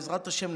בעזרת השם,